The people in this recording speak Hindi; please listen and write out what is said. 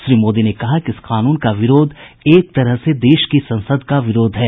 श्री मोदी ने कहा कि इस कानून का विरोध एक तरह से देश की संसद का विरोध है